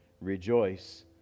Rejoice